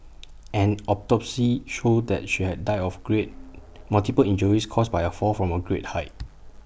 an autopsy showed that she had died of great multiple injuries caused by A fall from A great height